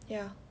ya